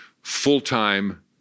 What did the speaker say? full-time